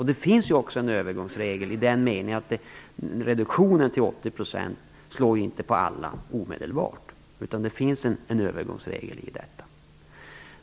Det finns också en övergångsregel, i den meningen att reduktionen till 80 % inte slår på alla omedelbart.